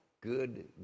good